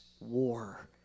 war